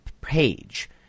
page